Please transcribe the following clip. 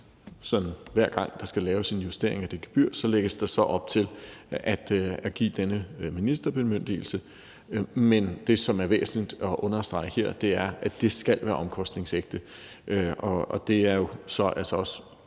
hver gang der skal laves en justering af det gebyr, lægges der op til at give denne ministerbemyndigelse, men det, som er væsentligt at understrege her, er, at det skal være omkostningsægte. Det er jo altså også